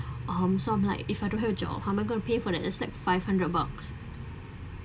um so I'm like if I don't have a job how am I going to pay for that it's like five hundred bucks